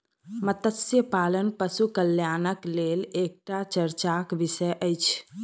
मत्स्य पालन पशु कल्याणक लेल एकटा चर्चाक विषय अछि